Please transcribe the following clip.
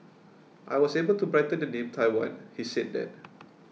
I was able to brighten the name Taiwan he said then